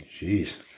Jeez